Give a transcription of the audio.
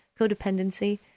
codependency